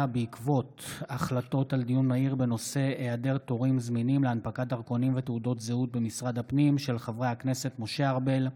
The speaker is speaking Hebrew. בעקבות דיון מהיר בהצעתם של חברי הכנסת משה ארבל,